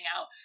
out